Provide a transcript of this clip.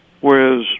whereas